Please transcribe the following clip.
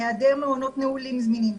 היעדר מעונות נעולים זמינים,